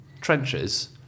trenches